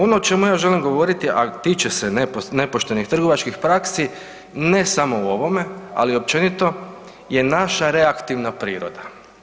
Ono o čemu ja želim govoriti, a tiče se nepoštenih trgovačkih praksi, ne samo u ovome, ali i općenito je naša reaktivna priroda.